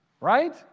Right